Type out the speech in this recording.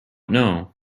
know